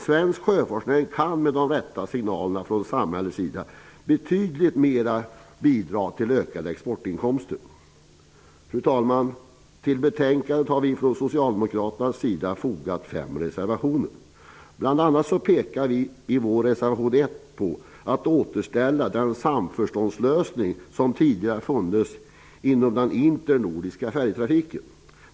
Svensk sjöfartsnäring kan alltså, om de rätta signalerna ges från samhället, bidra betydligt mer till ökade exportinkomster. Fru talman! Till betänkandet har vi socialdemokrater fogat fem reservationer. Bl.a. pekar vi i reservation 1 på behovet av att återställa den samförståndslösning som tidigare har funnits inom den internordiska färjetrafiken.